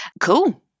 Cool